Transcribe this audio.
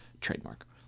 Trademark